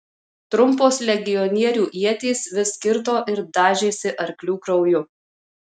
trumpos legionierių ietys vis kirto ir dažėsi arklių krauju